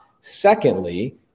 secondly